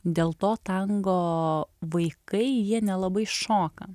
dėl to tango vaikai jie nelabai šoka